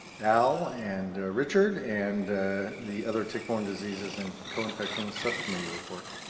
al and richard and the other tick-borne diseases and co-infection subcommittee report.